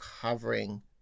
covering